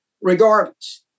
regardless